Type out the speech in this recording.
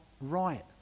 right